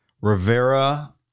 Rivera